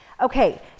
okay